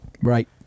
right